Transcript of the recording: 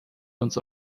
uns